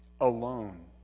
alone